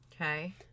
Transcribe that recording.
Okay